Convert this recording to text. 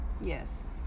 Yes